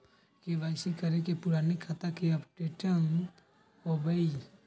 KYC करें से पुराने खाता के अपडेशन होवेई?